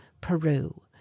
peru